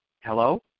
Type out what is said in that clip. Hello